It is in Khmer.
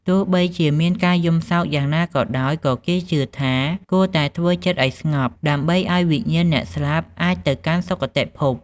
ទោះបីជាមានការយំសោកយ៉ាងណាក៏ដោយ ក៏គេជឿថា គួរតែធ្វើចិត្តឱ្យស្ងប់ ដើម្បីឱ្យវិញ្ញាណអ្នកស្លាប់អាចទៅកាន់សុគតិភព។